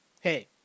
hey